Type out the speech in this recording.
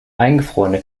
eingefrorene